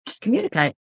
communicate